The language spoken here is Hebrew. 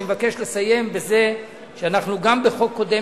אני מבקש לסיים בזה שאנחנו גם בחוק קודם